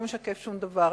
משקף שום דבר.